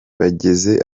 byageze